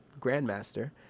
grandmaster